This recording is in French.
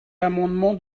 amendement